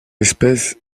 espèce